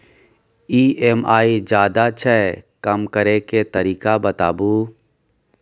EMI ज्यादा छै कम करै के तरीका बताबू?